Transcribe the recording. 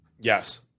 Yes